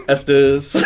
Estes